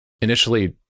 initially